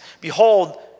Behold